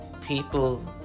people